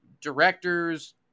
directors